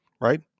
right